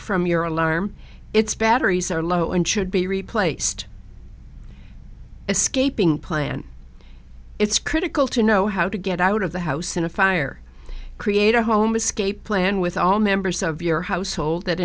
from your alarm its batteries are low and should be replaced escaping plan it's critical to know how to get out of the house in a fire create a home escape plan with all members of your household that